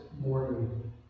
morning